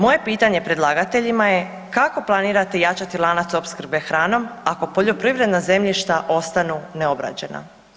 Moje pitanje predlagateljima je kako planirate jačati lanac opskrbe hranom ako poljoprivredna zemljišta ostanu neobrađena?